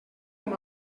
com